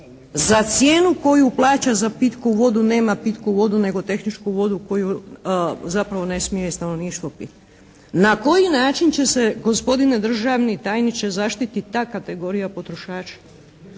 za cijenu koju plaća za pitku nema pitku vodu nego tehničku vodu koju zapravo ne smije stanovništvo piti. Na koji način će se gospodine državni tajniče zaštiti ta kategorija potrošača?